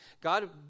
God